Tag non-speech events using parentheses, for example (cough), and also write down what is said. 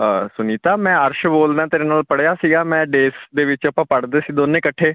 ਅ ਸੁਨੀਤਾ ਮੈਂ ਅਰਸ਼ ਬੋਲਦਾ ਤੇਰੇ ਨਾਲ ਪੜ੍ਹਿਆ ਸੀਗਾ ਮੈਂ (unintelligible) ਦੇ ਵਿੱਚ ਆਪਾਂ ਪੜ੍ਹਦੇ ਸੀ ਦੋਨੇ ਇਕੱਠੇ